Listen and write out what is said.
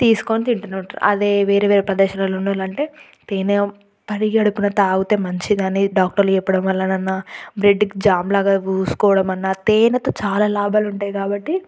తీసుకొని తింటునే ఉంటారు అదే వేరేవేరే ప్రదేశాలలో అంటే తేనే పరిగడుపున తాగుతే మంచిదని డాక్టర్లు చెప్పడం వలన బ్రెడ్డుకి జామ్ లాగా పూసుకోవడమన్నా తేనెతో చాలా లాభాలుంటాయి కాబట్టి